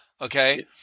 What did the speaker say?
Okay